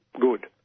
good